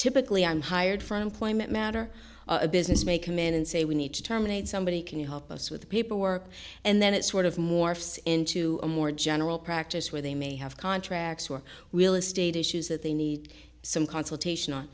typically i'm hired for an employment matter a business may come in and say we need to terminate somebody can you help us with the paperwork and then it sort of morphs into a more general practice where they may have contracts or real estate issues that they need some consultation